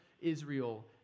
Israel